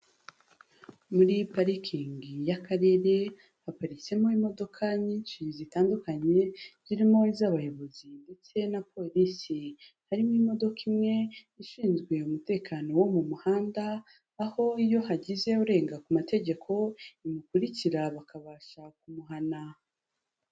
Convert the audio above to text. Muri iyi parikingi y'akarere haparitsemo imodoka nyinshi zitandukanye zirimo iz'abayobozi ndetse na polisi, harimo imodoka imwe ishinzwe umutekano wo mu muhanda, aho iyo hagize urenga ku mategeko imukurikirana bakabasha kumuhana.